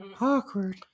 awkward